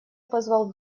позвал